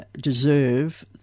deserve